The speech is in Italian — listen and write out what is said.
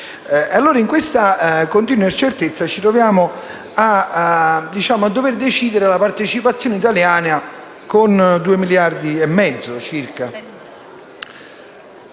In questa continua incertezza ci troviamo a dover decidere la partecipazione italiana con circa 2,5 miliardi.